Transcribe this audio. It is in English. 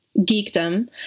geekdom